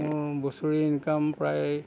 মোৰ বছৰি ইনকাম প্ৰায়